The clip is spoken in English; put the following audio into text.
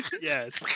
Yes